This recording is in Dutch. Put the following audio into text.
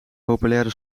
populaire